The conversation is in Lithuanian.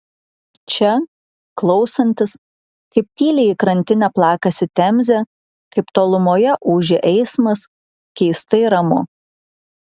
čia klausantis kaip tyliai į krantinę plakasi temzė kaip tolumoje ūžia eismas keistai ramu